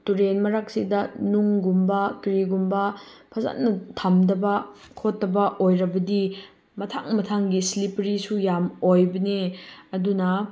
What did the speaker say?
ꯇꯨꯔꯦꯟ ꯃꯔꯛꯁꯤꯗ ꯅꯨꯡꯒꯨꯝꯕ ꯀꯔꯤꯒꯨꯝꯕ ꯐꯖꯅ ꯊꯝꯗꯕ ꯈꯣꯠꯇꯕ ꯑꯣꯏꯔꯕꯗꯤ ꯃꯊꯪ ꯃꯊꯪꯒꯤ ꯁ꯭ꯂꯤꯄꯔꯤꯁꯨ ꯌꯥꯝ ꯑꯣꯏꯕꯅꯦ ꯑꯗꯨꯅ